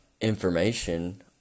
information